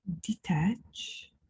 Detach